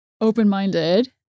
open-minded